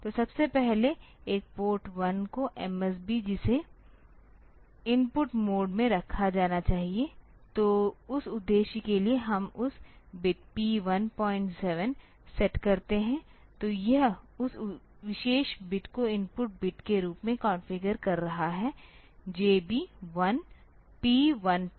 तो सबसे पहले एक पोर्ट 1 का MSB जिसे इनपुट मोड में रखा जाना चाहिए तो उस उद्देश्य के लिए तो हम बिट P17 सेट करते हैं तो यह उस विशेष बिट को इनपुट बिट के रूप में कॉन्फ़िगर कर रहा है JB P17 L3